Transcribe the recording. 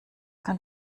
kann